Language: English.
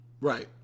right